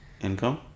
Income